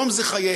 היום זה חייהם,